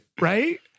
Right